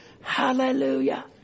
hallelujah